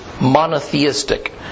monotheistic